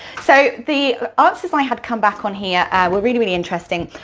so, the answers i had come back on here were really, really interesting,